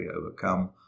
overcome